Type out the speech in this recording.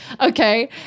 okay